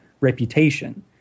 reputation